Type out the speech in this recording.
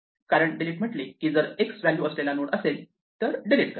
कारण डिलीट म्हणते की जर x व्हॅल्यू असलेला नोड असेल तर डिलीट करा